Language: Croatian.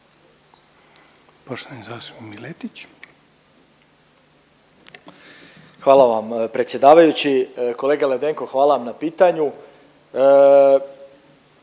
Marin (MOST)** Hvala vam predsjedavajući. Kolega Ledenko, hvala vam na pitanju,